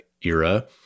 era